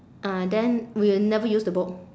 ah then we never use the book